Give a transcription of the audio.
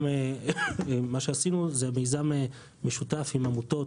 גם מה שעשינו זה מיזם משותף עם עמותות,